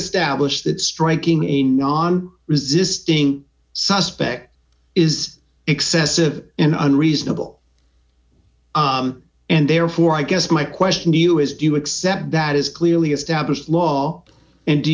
established that striking a non resisting suspect is excessive and unreasonable and therefore i guess my question to you is do you accept that is clearly established law and do